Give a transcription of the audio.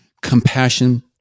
compassion